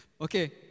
okay